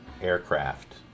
aircraft